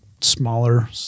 smaller